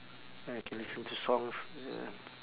ya can listen to songs ya